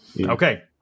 Okay